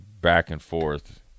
back-and-forth